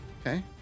Okay